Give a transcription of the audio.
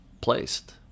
placed